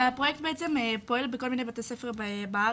הפרויקט בעצם פועל בכל מיני בתי ספר בארץ,